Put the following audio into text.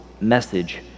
message